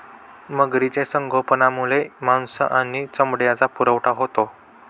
मगरीचे संगोपनामुळे मांस आणि चामड्याचा पुरवठा होतो